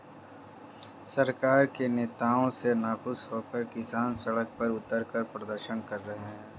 सरकार की नीतियों से नाखुश होकर किसान सड़क पर उतरकर प्रदर्शन कर रहे हैं